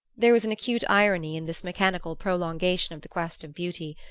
there was an acute irony in this mechanical prolongation of the quest of beauty.